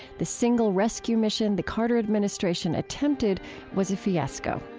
the single rescue mission the carter administration attempted was a fiasco